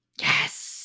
yes